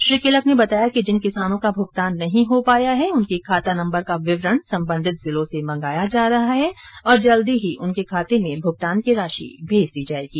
श्री किलक ने बताया कि जिन किसानों का भूगतान नहीं हो पाया है उनके खाता नम्बर का विवरण संबंधित जिलों से मंगाया जा रहा है और जल्दी ही उनके खाते में भुगतान की राशि भेज दी जायेगी